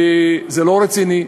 זה לא רציני.